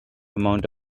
amount